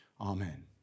Amen